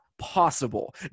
possible